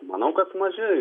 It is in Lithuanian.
manau kad maži